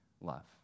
love